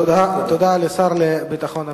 תודה לשר לביטחון הפנים.